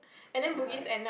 it hurts